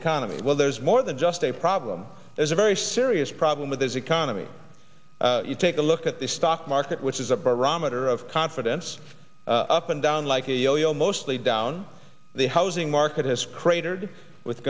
economy well there's more than just a problem there's a very serious problem with this economy you take a look at the stock market which is a barometer of confidence up and down like a yo yo mostly down the housing market has cratered with